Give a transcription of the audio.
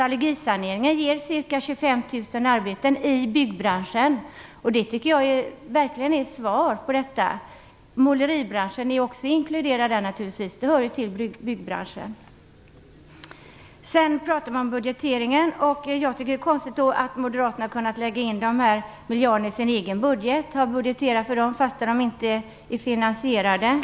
Allergisaneringen ger ca 25 000 arbeten i byggbranschen. Det tycker jag verkligen är ett besked. Måleribranschen är naturligtvis också inkluderad, eftersom den hör till byggbranschen. När det gäller budgeteringen tycker jag att det är konstigt att Moderaterna har kunnat lägga in miljarder i sin egen budget som inte är finansierade.